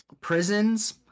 prisons